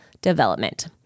development